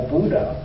Buddha